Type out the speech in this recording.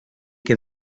que